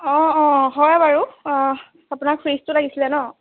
অঁ অঁ হয় বাৰু অঁ আপোনাক ফ্ৰীজটো লাগিছিলে ন